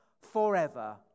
forever